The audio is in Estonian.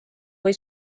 või